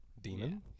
demon